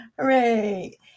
Hooray